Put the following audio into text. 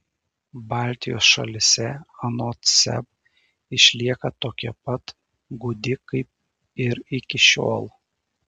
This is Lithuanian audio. baltijos šalyse anot seb išlieka tokia pat gūdi kaip ir iki šiol